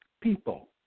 people